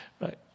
right